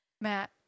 Matt